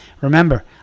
remember